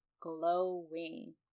Glowing